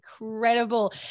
Incredible